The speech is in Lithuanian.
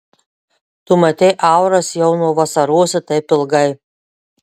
tu matei auras jau nuo vasarosi taip ilgai